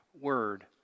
word